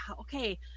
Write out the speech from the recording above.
okay